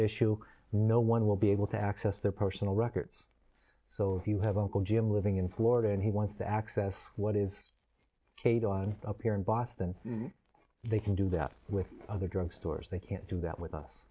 issue no one will be able to access their personal records so if you haven't called jim living in florida and he wants to access what is kate on up here in boston they can do that with other drugstores they can't do that with us